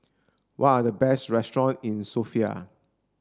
what are the best restaurants in Sofia